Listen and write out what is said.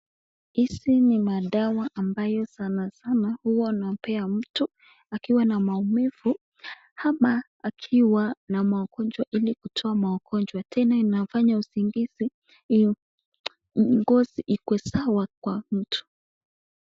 Hizi ni madawa ambayo sana sana huwa unapea mtu akiwa na maumivu ama akiwa na magonjwa ili kutoa maugonjwa ,tena inafanya usingizi hiyo ngozi ikuwe sawa kwa mtu.